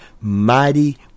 mighty